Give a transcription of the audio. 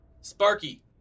Sparky